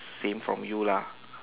same from you lah